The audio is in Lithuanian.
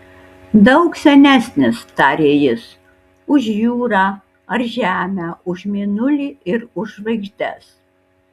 daug senesnis tarė jis už jūrą ar žemę už mėnulį ir už žvaigždes